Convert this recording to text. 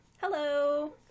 Hello